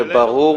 זה ברור.